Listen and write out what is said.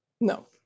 No